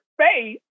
space